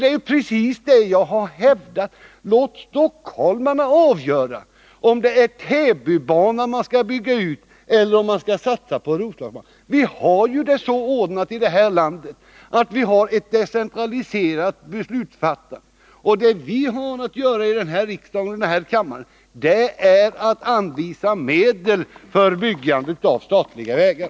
Det är ju precis det jag har hävdat: Låt stockholmarna avgöra om det är Täbybanan som skall byggas ut, eller om det är Roslagsbanan man skall satsa på. Vi har det ju så ordnat i det här landet att vi har ett decentraliserat beslutsfattande, och det riksdagen har att göra här i kammaren är att anvisa medel för byggande av statliga vägar.